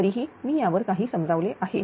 तरीही मी यावर काही समजावले आहे